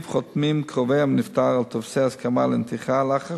שעל-פיו חותמים קרובי הנפטר על טופסי הסכמה לנתיחה לאחר